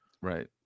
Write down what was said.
Right